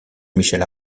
michel